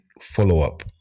follow-up